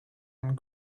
and